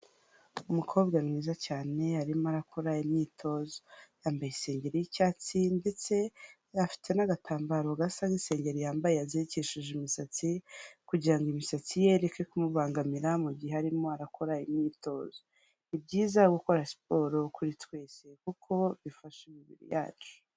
Umukobwa mwiza cyane arimo arakora imyitozo. Yambaye isengeri y'icyatsi ndetse afite n'agatambaro gasa n'isengeri yambaye yazirikishije imisatsi kugira ngo imisatsi ye ireke kumubangamira mu gihe arimo arakora imyitozo. Ni byiza gukora siporo kuri twese kuko bifasha imibiri yacu.